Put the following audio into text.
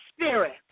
spirit